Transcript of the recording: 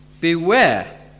beware